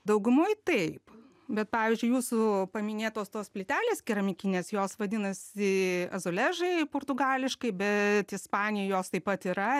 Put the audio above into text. daugumoj taip bet pavyzdžiui jūsų paminėtos tos plytelės keramikinės jos vadinasi azoležai portugališkai bet ispanijoj jos taip pat yra